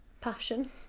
passion